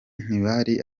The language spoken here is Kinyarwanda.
ntibari